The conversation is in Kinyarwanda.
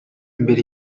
imbere